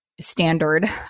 standard